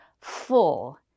full